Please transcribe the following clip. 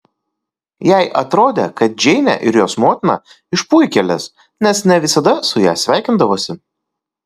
jai atrodė kad džeinė ir jos motina išpuikėlės nes ne visada su ja sveikindavosi